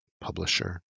publisher